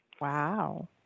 Wow